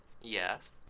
Yes